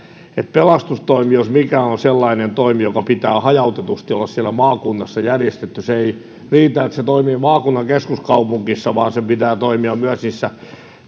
pelastustoimi jos mikä on sellainen toimi jonka pitää hajautetusti olla siellä maakunnassa järjestetty se ei riitä että se toimii maakunnan keskuskaupungissa vaan sen pitää toimia myös niissä